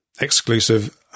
exclusive